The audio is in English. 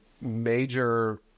major